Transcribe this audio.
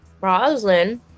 Roslyn